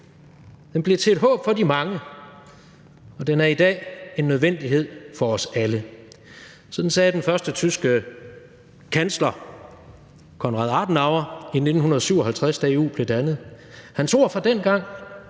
den blev til et håb for de mange, og den er i dag en nødvendighed for os alle. Sådan sagde den første tyske kansler, Konrad Adenauer, i 1957, da EU blev dannet. Hans ord fra dengang